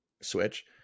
switch